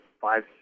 five